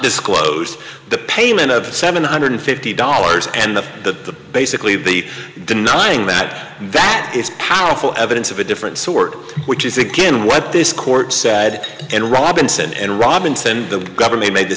disclosed the payment of seven hundred fifty dollars and the basically the denying that that is powerful evidence of a different sort which is again what this court said and robinson and robinson the government made the